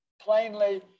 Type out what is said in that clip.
plainly